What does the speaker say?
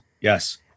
Yes